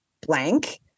blank